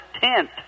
tent